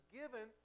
given